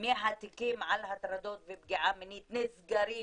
מהתיקים על הטרדות ופגיעה מינית שנסגרים